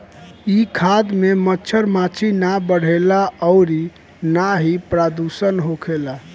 इ खाद में मच्छर माछी ना बढ़ेला अउरी ना ही प्रदुषण होखेला